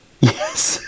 Yes